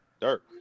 Dirk